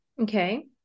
Okay